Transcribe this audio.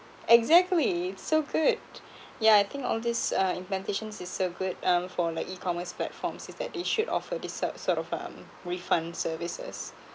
exactly so good yeah I think all these uh implementations is good um for like e-commerce platforms is that they should offer this sort sort of um refund services